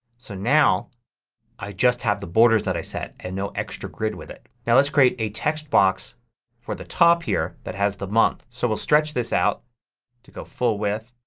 so now i just have the borders that i set and no extra grid with it. now let's create a text box for the top here that has the month. so we'll stretch this out to go full width